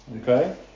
Okay